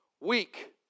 weak